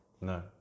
No